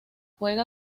juega